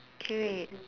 great